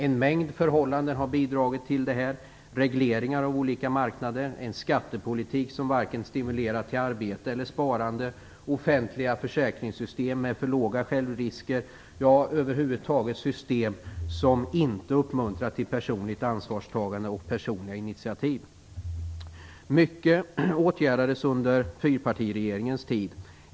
En mängd förhållanden har bidragit till detta, t.ex. regleringar av olika marknader, en skattepolitik som varken stimulerar till arbete eller sparande, offentliga försäkringssystem med för låga självrisker, ja, över huvud taget system som inte uppmuntrar till personligt ansvarstagande och personliga initiativ. Mycket åtgärdades under fyrpartiregeringens tid.